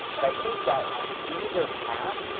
but i think that, on either path,